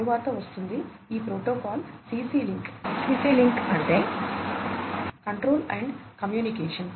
తరువాత వస్తుంది ఈ ప్రోటోకాల్ CC లింక్ CC అంటే కంట్రోల్ అండ్ కమ్యూనికేషన్